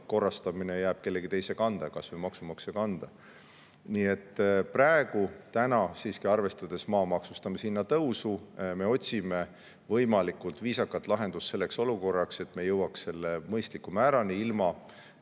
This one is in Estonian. korrastamine jääb kellegi teise kanda, kas või maksumaksja kanda. Nii et praegu, arvestades siiski maa maksustamishinna tõusu, otsime me võimalikult viisakat lahendust selles olukorras, et me jõuaks selle mõistliku määrani, ilma